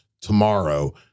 tomorrow